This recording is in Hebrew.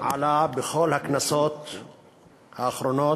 עלה בכל הכנסות האחרונות,